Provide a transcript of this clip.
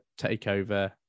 takeover